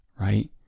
right